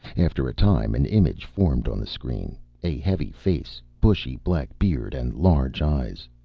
after a time an image formed on the screen. a heavy face, bushy black beard and large eyes.